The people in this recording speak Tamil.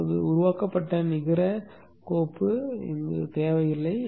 இப்போது உருவாக்கப்பட்ட நிகர கோப்பு தேவையில்லை